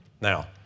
Now